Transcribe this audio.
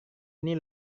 ini